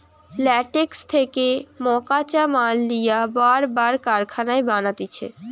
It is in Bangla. ল্যাটেক্স থেকে মকাঁচা মাল লিয়া রাবার কারখানায় বানাতিছে